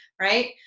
right